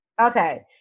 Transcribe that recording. Okay